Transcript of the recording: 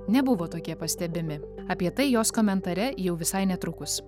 nebuvo tokie pastebimi apie tai jos komentare jau visai netrukus